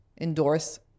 endorse